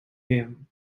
him